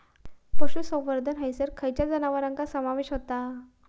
पशुसंवर्धन हैसर खैयच्या जनावरांचो समावेश व्हता?